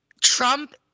Trump